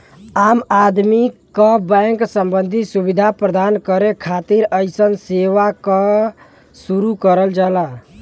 आम आदमी क बैंक सम्बन्धी सुविधा प्रदान करे खातिर अइसन सेवा क शुरू करल जाला